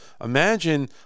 imagine